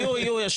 יהיו, יהיו.